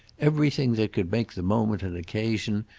everything that could make the moment an occasion,